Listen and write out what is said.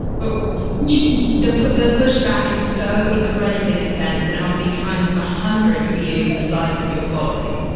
but the, the pushback is so incredibly intense and it must be times a hundred for you with the size of your following.